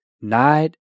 night